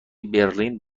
برلین